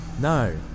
No